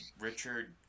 Richard